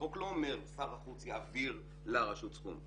החוק לא אומר ששר החוץ יעביר לרשות סכום,